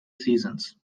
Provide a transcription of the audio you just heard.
seasons